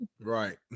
Right